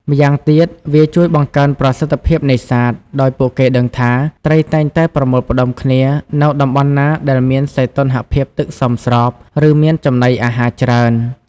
ម្យ៉ាងទៀត វាជួយបង្កើនប្រសិទ្ធភាពនេសាទ ដោយពួកគេដឹងថា ត្រីតែងតែប្រមូលផ្តុំគ្នានៅតំបន់ណាដែលមានសីតុណ្ហភាពទឹកសមស្រប ឬមានចំណីអាហារច្រើន។